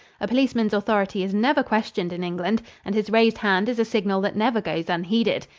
a policeman's authority is never questioned in england and his raised hand is a signal that never goes unheeded.